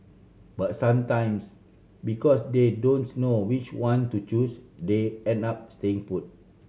but sometimes because they don't know which one to choose they end up staying put